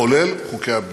כולל חוקי הבנייה.